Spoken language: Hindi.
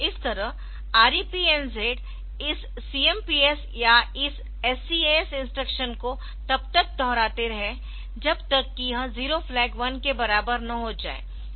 इस तरह REPNZ इस CMPS या इस SCAS इंस्ट्रक्शन को तब तक दोहराते है जब तक कि यह जीरो फ्लैग 1 के बराबर न हो जाए